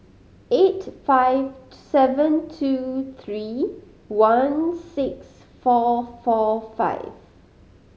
eight five seven two three one six four four five